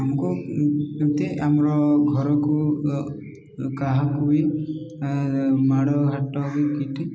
ଆମକୁ ଏମିତି ଆମର ଘରକୁ କାହାକୁ ବି ମାଡ଼ ହାଟ ବି କିଟେ